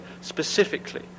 specifically